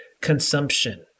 consumption